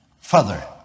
further